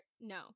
no